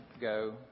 go